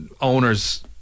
owners